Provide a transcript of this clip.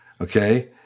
okay